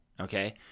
Okay